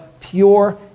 pure